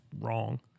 wrong